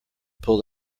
pull